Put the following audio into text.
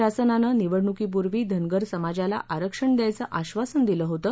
शासनानं निवडणुकीपूर्वी धनगर समाजाला आरक्षण द्यायचं आश्वासन दिलं होतं